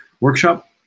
workshop